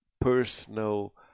personal